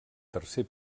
tercer